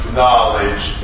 knowledge